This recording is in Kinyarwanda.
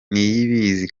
kandi